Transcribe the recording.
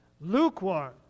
Lukewarm